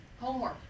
Homework